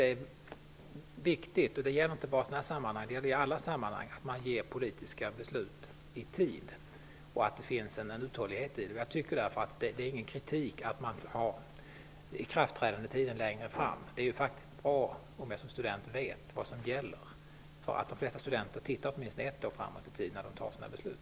Det är viktigt inte bara i sådana här sammanhang, utan det gäller i alla sammanhang, att man fattar politiska beslut i tid och att det finns en uthållighet i dem. Det är därför inte någon kritik att ikraftträdandetiden är längre fram. Det är a och o att jag som student vet vad som gäller. De flesta studenter tittar åtminstone ett år framåt i tiden när de fattar sina beslut.